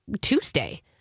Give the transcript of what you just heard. Tuesday